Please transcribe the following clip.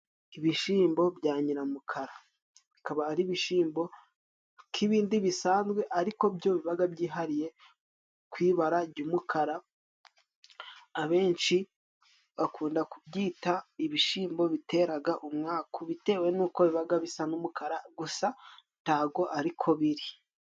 Ibishimbo bya nyiramukara bikaba ari ibishimbo nk'ibindi bisanzwe ariko byo bibaga byihariye kw'ibara jy'umukara abenshi bakunda kubyita ibishimbo biteraga umwaku bitewe n'uko bibaga bisa n'umukara gusa tago ariko biri.